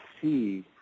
see